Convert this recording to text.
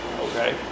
Okay